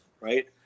right